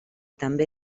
també